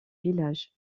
village